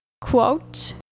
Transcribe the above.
quote